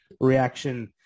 reaction